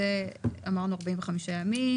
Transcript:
שזה 45 ימים,